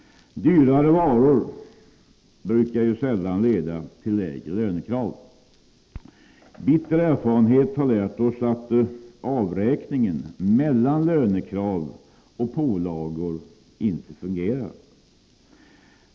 Dyrare varor brukar ju sällan leda till lägre lönekrav. Bitter erfarenhet har lärt oss att avräkningen mellan lönekrav och pålagor inte fungerar.